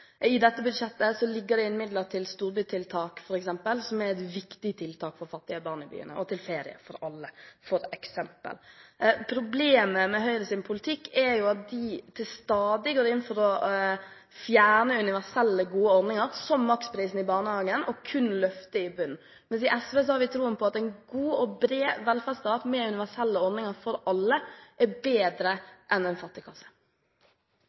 I dette budsjettet ligger det midler til storbytiltak f.eks. – som er et viktig tiltak for fattige barn i byene – og til Ferie for alle. Problemet med Høyres politikk er at de til stadighet går inn for å fjerne universelle, gode ordninger, som maksprisen i barnehagen, og kun løfte i bunnen, mens i SV har vi tro på at en god og bred velferdsstat med universelle ordninger for alle, er bedre enn en fattigkasse.